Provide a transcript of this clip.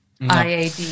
iad